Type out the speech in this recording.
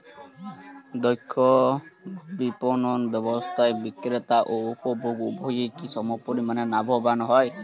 দক্ষ বিপণন ব্যবস্থায় বিক্রেতা ও উপভোক্ত উভয়ই কি সমপরিমাণ লাভবান হয়?